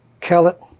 Kellett